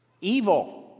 evil